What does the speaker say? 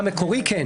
במקורי כן.